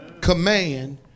command